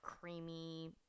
creamy